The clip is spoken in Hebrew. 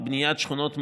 חברי הכנסת,